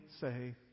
say